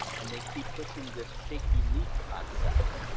and they keep pushing this shaky leaf concept.